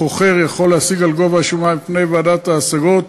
החוכר יכול להשיג על גובה השומה בפני ועדת ההשגות,